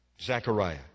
Zechariah